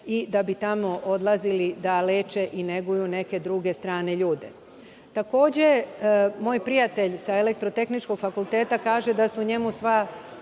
da bi tamo odlazili da leče i neguju neke druge ljude. Takođe, moj prijatelj sa Elektrotehničkog fakulteta kaže da su njemu sva